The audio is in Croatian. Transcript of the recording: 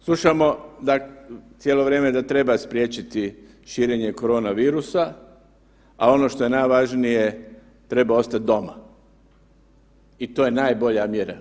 Slušamo, dakle, cijelo vrijeme da treba spriječiti širenje koronavirusa, a ono što je najvažnije, treba ostati doma i to je najbolja mjera.